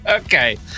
Okay